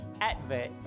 advert